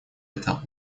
это